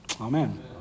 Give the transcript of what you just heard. Amen